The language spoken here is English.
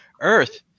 Earth